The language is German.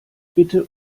bitte